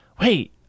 wait